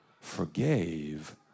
forgave